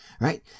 right